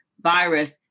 virus